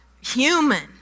human